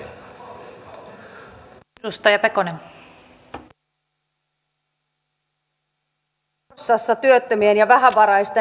vierailin eilen forssassa työttömien ja vähävaraisten jouluruokailussa